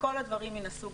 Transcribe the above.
דיברו בעיקר על מספרי חירום.